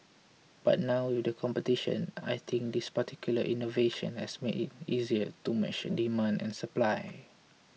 but now with this competition I think this particular innovation has made it easier to match demand and supply